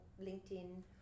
LinkedIn